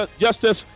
justice